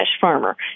farmer